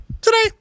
Today